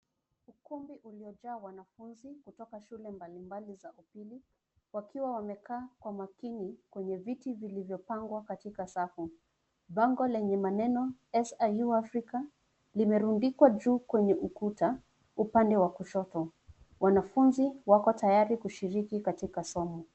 Ukumbi uliojaa wanafunzi kutoka shule mbalimbali za upili, wakiwa wamekaa kwa umakini kwenye viti vilivyopangwa katika safu. Bango lenye maneno "SIU AFRICA" limerundikwa juu kwenye ukuta upande wa kushoto. Wanafunzi wako tayari kushiriki katika somo.